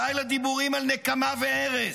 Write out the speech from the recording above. די לדיבורים על נקמה והרס,